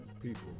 people